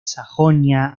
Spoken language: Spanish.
sajonia